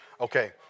Okay